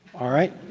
all right?